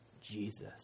Jesus